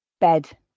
bed